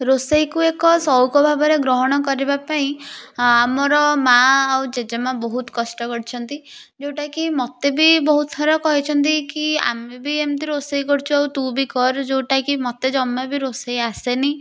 ରୋଷେଇକୁ ଏକ ସଉକ ଭାବରେ ଗ୍ରହଣ କରିବାପାଇଁ ଆମର ମାଆ ଆଉ ଜେଜେମା ବହୁତ କଷ୍ଟ କରିଛନ୍ତି ଯୋଉଟାକି ମୋତେ ବି ବହୁତ୍ ଥର କହିଛନ୍ତି କି ଆମେ ବି ଏମିତି ରୋଷେଇ କରୁଛୁ ଆଉ ତୁ ବି କର ଯୋଉଟା କି ମୋତେ ଜମା ବି ରୋଷେଇ ଆସେନି